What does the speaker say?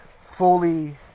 fully